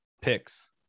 picks